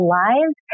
lives